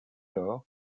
lors